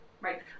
Right